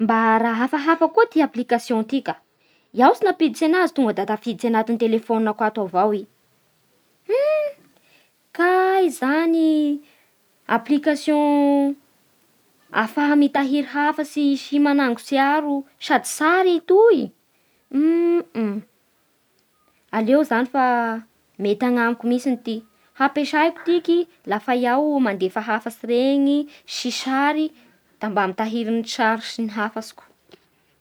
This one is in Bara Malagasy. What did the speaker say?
Mba raha hafahafa koa ty application ty ka, iaho tsy mampiditsy anazy, tonga da tafiditsy anaty telefôninako ato avao i. Hum, kay zany application ahafahy mitahiry hafatsy sy manango tsiaro sady sary i toy. Hmm Hm aleo zany fa mety anamiko mihintsiny ity. hampesaiko ty rehefa ahy mandefa hafatsy reny sy sary da mba mitahiry ny sary sy ny hafatriko.